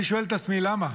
אני שואל את עצמי, למה?